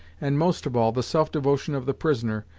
and most of all the self-devotion of the prisoner,